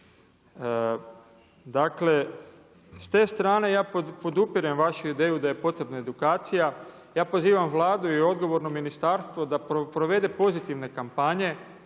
Dakle, s te strane ja podupirem vašu ideju da je potrebna edukacija. Ja pozivam Vladu i odgovorno ministarstvo da provede pozitivne kampanje,